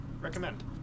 recommend